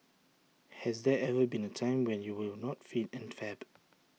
has there ever been A time when you were not fit and fab